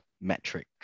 metric